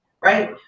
right